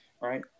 right